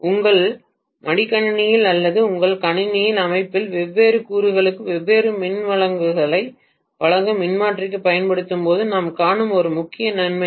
உங்கள் மடிக்கணினியில் அல்லது உங்கள் கணினி அமைப்பில் வெவ்வேறு கூறுகளுக்கு வெவ்வேறு மின்வழங்கல்களை வழங்க மின்மாற்றியைப் பயன்படுத்தும்போது நாம் காணும் ஒரு முக்கிய நன்மை இது